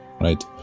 right